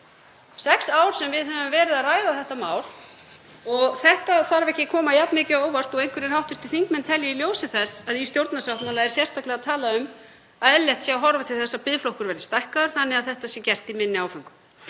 sex ár sem við höfum verið að ræða þetta mál og þetta þarf ekki að koma jafn mikið á óvart og einhverjir hv. þingmenn telja í ljósi þess að í stjórnarsáttmála er sérstaklega talað um að eðlilegt sé að horfa til þess að biðflokkur verði stækkaður þannig að þetta sé gert í minni áföngum.